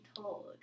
told